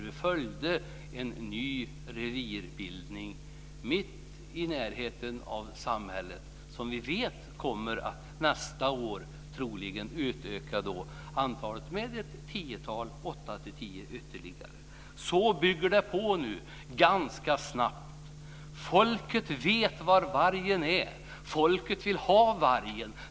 Vi följde en ny revirbildning i närheten av ett samhälle. Vi vet att antalet nästa år troligen kommer att öka med ytterligare åtta till tio vargar. Så bygger det på, ganska snabbt. Folket vet var vargen är. Folket vill ha vargen.